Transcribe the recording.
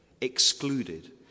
excluded